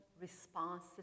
response